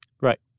Right